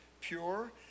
pure